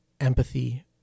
empathy